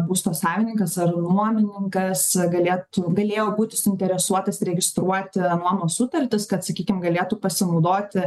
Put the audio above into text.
būsto savininkas ar nuomininkas galėtų galėjo būti suinteresuotas registruoti nuomos sutartis kad sakykim galėtų pasinaudoti